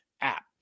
app